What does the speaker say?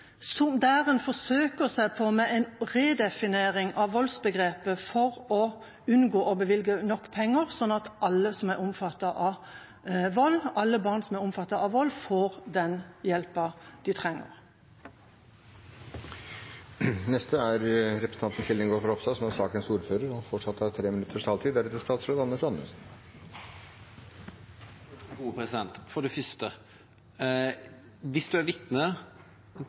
der en forsøker seg på en redefinering av voldsbegrepet for å unngå å bevilge nok penger sånn at alle barn som er omfattet av vold, får den hjelpen de trenger. For det første: Hvis en er vitne til vold eller seksuelle overgrep og det kan være avgjørende for det andre vitnet eller fornærmede at en vitner raskt, er kravet én uke. Sånn er skjønnet. Uansett vil det